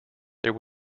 there